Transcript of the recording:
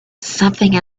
something